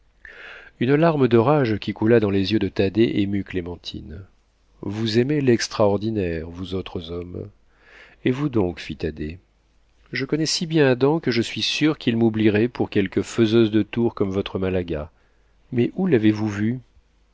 une larme de rage qui coula dans les yeux de thaddée émut clémentine vous aimez l'extraordinaire vous autres hommes et vous donc fit thaddée je connais si bien adam que je suis sûre qu'il m'oublierait pour quelque faiseuse de tours comme votre malaga mais où l'avez-vous vue